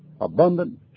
abundant